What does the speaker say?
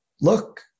Look